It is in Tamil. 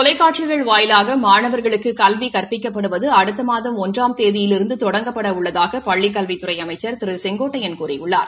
தொலைக்காட்சிகள் வாயிலாக மாணவா்களுக்கு கல்வி கற்பிக்கப்படுவது அடுத்த மாகம் ஒன்றாம் தேதியிலிருந்து தொடங்கப்பட உள்ளதாக பள்ளிக் கல்வித்துறை அமைச்சர் திரு கே ஏ செங்கோட்டையன் கூறியுள்ளார்